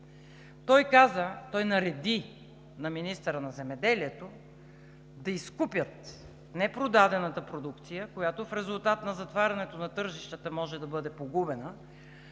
Той каза, той нареди на министъра на земеделието да изкупят непродадената продукция, която в резултат на затварянето на тържищата може да бъде погубена,